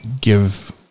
give